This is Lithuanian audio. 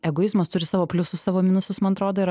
egoizmas turi savo pliusus savo minusus man atrodo ir